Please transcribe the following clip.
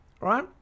right